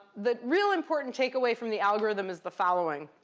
the real important takeaway from the algorithm is the following.